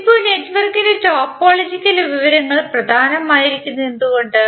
ഇപ്പോൾ നെറ്റ്വർക്കിന്റെ ടോപ്പോളജിക്കൽ വിവരങ്ങൾ പ്രധാനമായിരിക്കുന്നത് എന്തുകൊണ്ട്